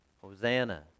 Hosanna